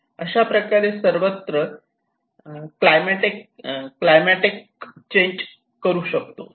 अशाप्रकारे सर्वत्र cataclysmic change करू शकतो